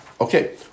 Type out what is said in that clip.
okay